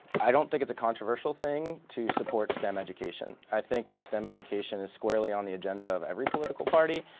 i don't think it's a controversial thing to support stem education. i think that that stem education is squarely on the agenda of every political party.